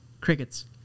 Crickets